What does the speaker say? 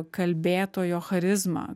kalbėtojo charizma